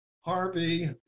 Harvey